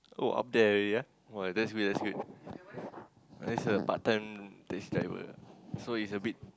oh up there already ah !wah! that's good that's good that's a part time taxi driver so he's a bit